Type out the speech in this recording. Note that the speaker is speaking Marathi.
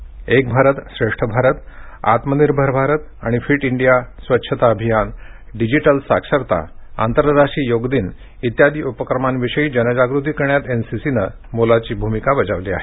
एक भारत श्रेष्ठ भारत आत्मनिर्भर भारत आणि फिट इंडिया स्वच्छता अभियान डिजिटल साक्षरता आंतरराष्ट्रीय योग दिन आदि उपक्रमांविषयी जनजागृती करण्यात एन सी सी न मोलाची भूमिका बजावली आहे